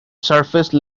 surface